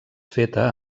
feta